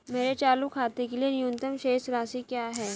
मेरे चालू खाते के लिए न्यूनतम शेष राशि क्या है?